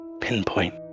pinpoint